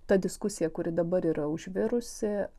ta diskusija kuri dabar yra užvirusi